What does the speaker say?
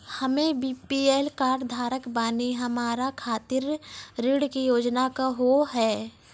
हम्मे BPL card धारक बानि हमारा खातिर ऋण के योजना का होव हेय?